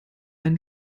ein